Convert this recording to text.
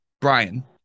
brian